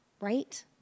Right